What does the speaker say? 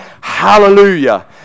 Hallelujah